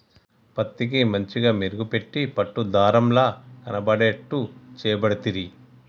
పత్తికి మంచిగ మెరుగు పెట్టి పట్టు దారం ల కనబడేట్టు చేయబడితిరి